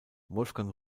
wolfgang